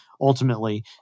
ultimately